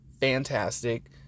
Fantastic